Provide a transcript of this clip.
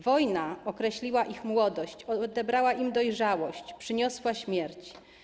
Wojna określiła ich młodość, odebrała im dojrzałość, przyniosła śmierć.